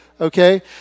okay